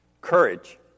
courage